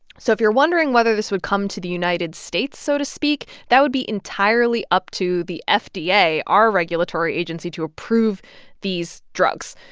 so if you're wondering whether this would come to the united states, so to speak, that would be entirely up to the ah fda, our regulatory agency, to approve these drugs.